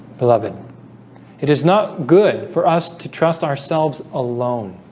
beloved it is not good for us to trust ourselves alone.